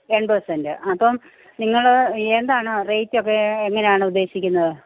എൺപത് സെൻ്റ അപ്പം നിങ്ങൾ ഏതാണ് റേറ്റ് ഒക്കെ എങ്ങനെയാണ് ഉദ്ദേശിക്കുന്നത്